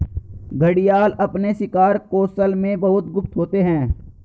घड़ियाल अपने शिकार कौशल में बहुत गुप्त होते हैं